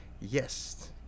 yes